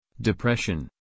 depression